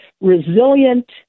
resilient